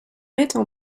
mettent